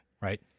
right